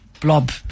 blob